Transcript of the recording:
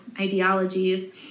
ideologies